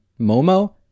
Momo